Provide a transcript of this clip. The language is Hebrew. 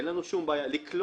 אין לנו שום בעיה לקלוט